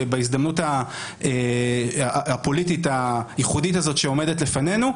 בהזדמנות הפוליטית הייחודית הזאת שעומדת לפנינו,